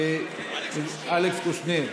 אלכס קושניר.